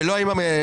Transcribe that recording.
ולא עם הוועדה.